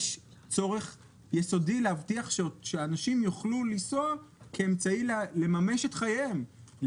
יש צורך יסודי להבטיח שאנשים יוכלו לנסוע כאמצעי לממש את חייהם,